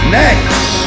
next